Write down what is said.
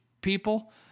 people